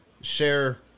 share